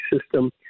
system